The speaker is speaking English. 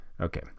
Okay